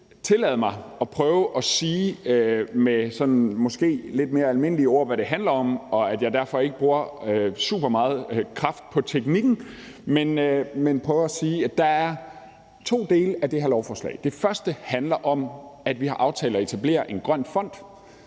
på spil. Tillad mig at prøve at sige med sådan måske lidt mere almindelige ord, hvad det handler om. Og det er derfor, jeg ikke bruger super meget kraft på teknikken, men prøver at sige, at der er to dele i det her lovforslag. Den første handler om, at vi har aftalt at etablere en grøn fond.